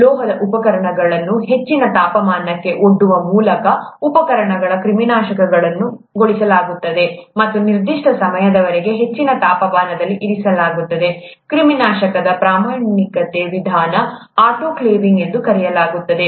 ಲೋಹದ ಉಪಕರಣಗಳನ್ನು ಹೆಚ್ಚಿನ ತಾಪಮಾನಕ್ಕೆ ಒಡ್ಡುವ ಮೂಲಕ ಉಪಕರಣಗಳನ್ನು ಕ್ರಿಮಿನಾಶಕಗೊಳಿಸಲಾಗುತ್ತದೆ ಮತ್ತು ನಿರ್ದಿಷ್ಟ ಸಮಯದವರೆಗೆ ಹೆಚ್ಚಿನ ತಾಪಮಾನದಲ್ಲಿ ಇರಿಸಲಾಗುತ್ತದೆ ಕ್ರಿಮಿನಾಶಕದ ಪ್ರಮಾಣಿತ ವಿಧಾನ ಆಟೋಕ್ಲೇವಿಂಗ್ ಎಂದು ಕರೆಯಲಾಗುತ್ತದೆ